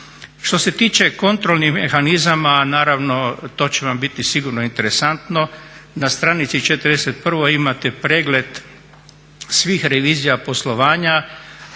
Što se tiče kontrolnih mehanizama naravno to će vam sigurno biti interesantno. Na stranici 41 imate pregled svih revizija poslovanja